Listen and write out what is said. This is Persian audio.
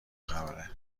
خبره